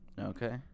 Okay